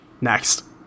Next